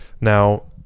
Now